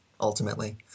ultimately